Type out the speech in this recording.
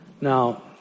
Now